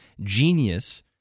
genius